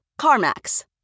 CarMax